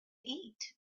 eat